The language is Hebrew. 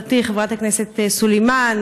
חברתי חברת הכנסת סלימאן,